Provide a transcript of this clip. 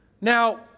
Now